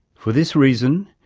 for this reason,